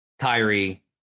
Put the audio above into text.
Kyrie